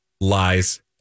lies